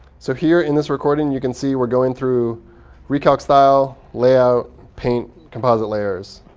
so here, in this recording, you can see we're going through recalc style, layout, paint, composite layers.